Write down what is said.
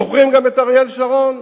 זוכרים גם את אריאל שרון,